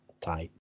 type